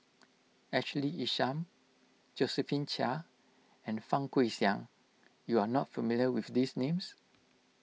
Ashley Isham Josephine Chia and Fang Guixiang you are not familiar with these names